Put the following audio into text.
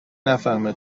نفهمه